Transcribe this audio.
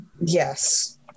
Yes